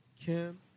Kim